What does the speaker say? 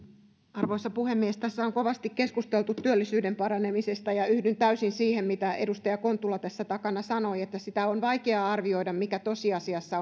arvoisa puhemies tässähän on kovasti keskusteltu työllisyyden paranemisesta ja yhdyn täysin siihen mitä edustaja kontula tässä takana sanoi että sitä on vaikea arvioida mitkä tosiasiassa